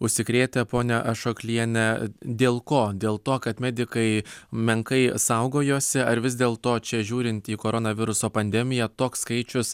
užsikrėtę ponia ašokliene dėl ko dėl to kad medikai menkai saugojosi ar vis dėl to čia žiūrint į koronaviruso pandemiją toks skaičius